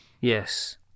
Yes